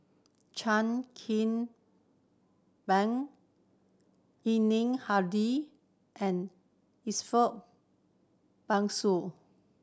Chan Kim Boon Yuni Hadi and Ariff Bongso